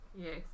Yes